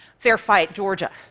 fair fight georgia.